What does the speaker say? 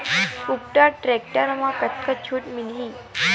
कुबटा टेक्टर म कतका छूट मिलही?